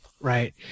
Right